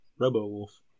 Robo-Wolf